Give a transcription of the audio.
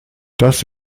das